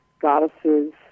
goddesses